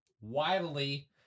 widely